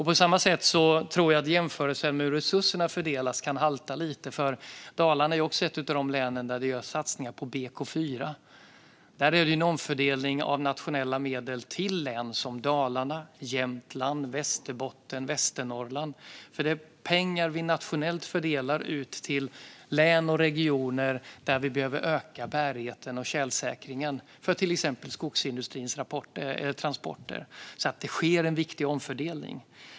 På samma sätt tror jag att jämförelsen med hur resurserna fördelas kan halta lite, för Dalarna är också ett av de län där det görs satsningar på BK4. Där är det en omfördelning av nationella medel till län som Dalarna, Jämtland, Västerbotten och Västernorrland. Det är pengar som vi nationellt fördelar ut till län och regioner där vi behöver öka bärigheten och tjälsäkringen för till exempel skogsindustrins transporter. Det sker alltså en viktig omfördelning.